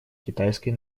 китайской